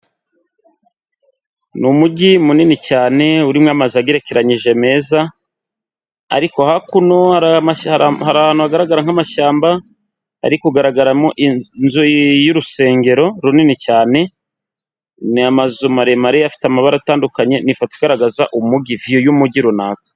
Ni umujyi munini cyane urimo amazu agerekeranyije meza ariko hakuno hari ahantu hagaragara nk'amashyamba ari kugaragaramo inzu y'urusengero runini cyane ni amazu maremare afite amabara atandukanye n'ifoto igaragaza umujyi viyu y'umujyi runaka.